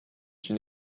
une